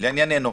לענייננו.